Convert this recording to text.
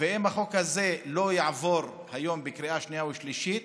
ואם החוק הזה לא יעבור היום בקריאה שנייה ושלישית,